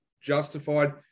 justified